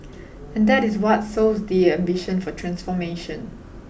and that is what sows the ambition for transformation